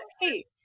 hey